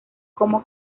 como